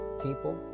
people